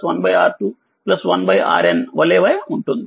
1RN వలె ఉంటుంది